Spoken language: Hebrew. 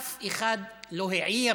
אף אחד לא העיר